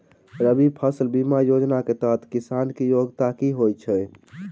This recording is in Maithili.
रबी फसल बीमा योजना केँ तहत किसान की योग्यता की होइ छै?